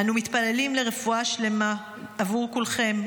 אנו מתפללים לרפואה שלמה עבור כולכם,